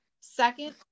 second